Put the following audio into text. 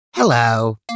Hello